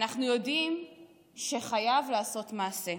ואנחנו יודעים שחייבים לעשות מעשה.